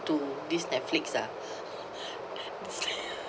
to this netflix ah